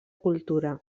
cultura